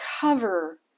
cover